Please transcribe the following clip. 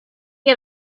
get